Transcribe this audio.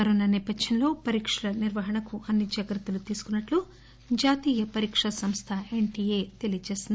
corona నేపథ్యంలో పరీక్షల నిర్వహణకు అన్ని జాగ్రత్తలు తీసుకున్నట్లు జాతీయ పరీకా సంస్థ ఎన్టీఏ తెలియచేసింది